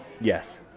Yes